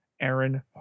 Aaron